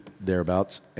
thereabouts